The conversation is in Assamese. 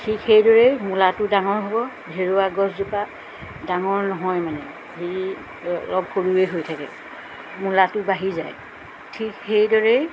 ঠিক সেইদৰেই মূলাটো ডাঙৰ হ'ব ধেৰুৱা গছজোপা ডাঙৰ নহয় মানে হেৰি অলপ সৰুৱে হৈ থাকে মূলাটো বাঢ়ি যায় ঠিক সেইদৰেই